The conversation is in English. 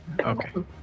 Okay